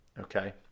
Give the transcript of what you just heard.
okay